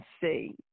see